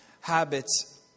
habits